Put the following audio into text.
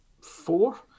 four